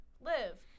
live